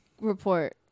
report